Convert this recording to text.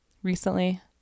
Recently